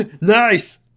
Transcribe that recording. Nice